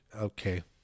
okay